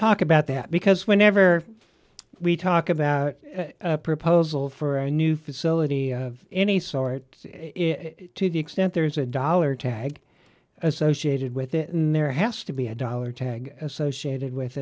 talk about that because whenever we talk about a proposal for a new facility any sort to the extent there is a dollar tag associated with it and there has to be a dollar tag associated with